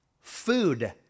Food